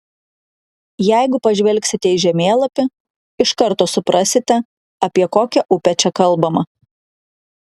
jeigu pažvelgsite į žemėlapį iš karto suprasite apie kokią upę čia kalbama